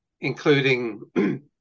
including